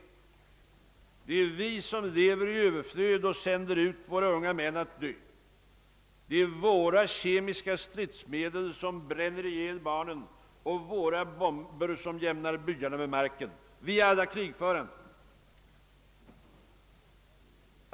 Det är vi som lever i överflöd och sänder ut våra unga män att dö. Det är våra kemiska krigsmedel som bränner ihjäl barnen och våra bomber som jämnar byarna med marken. Vi alla krigförande.